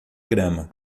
grama